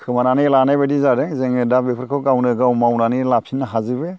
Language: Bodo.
खोमानानै लानाय बायदि जादों जोङो दा बेफोरखौ गावनो गाव मावनानै लाफिननो हाजोबो